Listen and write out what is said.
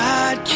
God